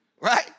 Right